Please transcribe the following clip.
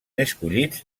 escollits